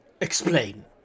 Explain